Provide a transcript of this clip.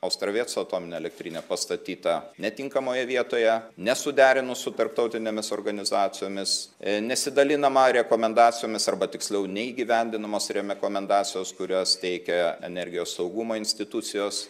ostroveco atominė elektrinė pastatyta netinkamoje vietoje nesuderinus su tarptautinėmis organizacijomis nesidalinama rekomendacijomis arba tiksliau neįgyvendinamos rekomendacijos kurias teikia energijos saugumo institucijos